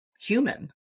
human